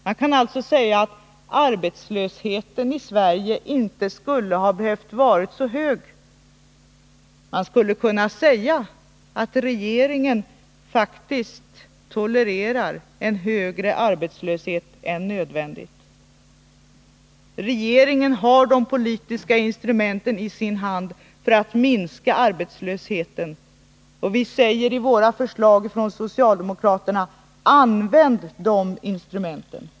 Man kan alltså säga att arbetslösheten i Sverige inte skulle ha behövt vara så hög som den nu är. Man kan också säga att regeringen faktiskt tolererar en högre arbetslöshet än nödvändigt. Regeringen har de politiska instrumenten i sin hand för att minska arbetslösheten. Vi socialdemokrater säger i våra förslag: Använd de instrumenten!